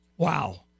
Wow